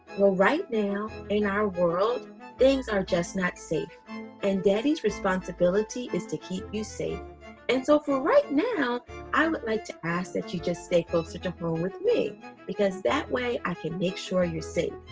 well right now in our world things are just not safe and daddy's responsibility is to keep you safe and so for right now i would like to ask that you just stay closer to home with me because that way i can make sure you're safe.